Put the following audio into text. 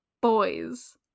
boys